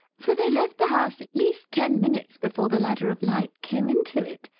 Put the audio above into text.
for they left the house at least ten minutes before the ladder of light came into it.